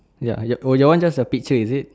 ya ah yup oh your one just a picture is it